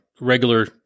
regular